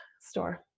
store